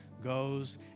goes